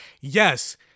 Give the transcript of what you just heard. yes